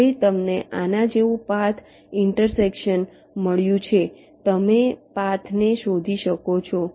હવે તમને આના જેવું પાથ ઇન્ટરસેક્શન મળ્યું છે તમે પાથને શોધી શકો છો